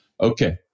Okay